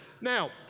Now